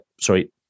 sorry